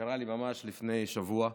שקרה לי ממש לפני שבוע.